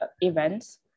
events